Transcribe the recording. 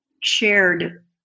shared